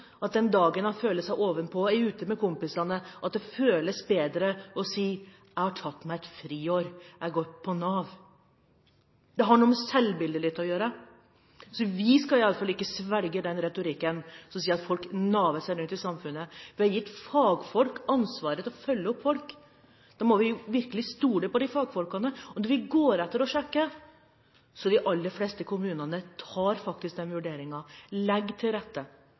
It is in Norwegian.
det den dagen han føler seg ovenpå og er ute med kompisene, føles bedre å si: Jeg har tatt meg et friår, jeg går på Nav. Det har noe med selvbildet å gjøre. Vi skal iallfall ikke svelge den retorikken som sier at folk «naver» seg rundt i samfunnet. Vi har gitt fagfolk ansvaret å følge opp folk, da må vi virkelig stole på de fagfolkene. Om vi går etter og sjekker, tar de aller fleste kommunene den vurderingen, legger til rette